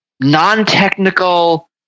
non-technical